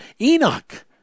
Enoch